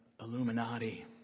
Illuminati